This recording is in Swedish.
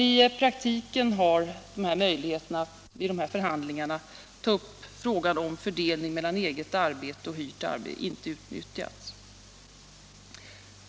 I praktiken har dock möjligheterna att vid dessa förhandlingar ta upp frågan om fördelning mellan eget arbete och hyrt arbete inte utnyttjats.